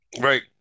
Right